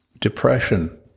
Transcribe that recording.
depression